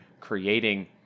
creating